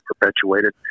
perpetuated